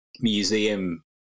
museum